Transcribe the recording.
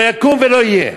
לא יקום ולא יהיה.